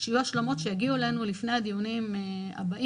שיהיו השלמות שיגיעו אלינו לפני הדיונים הבאים,